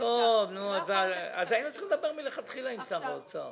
--- אז היינו צריכים לדבר מלכתחילה עם שר האוצר.